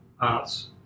arts